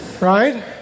right